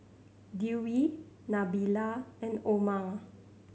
Dewi Nabila and Omar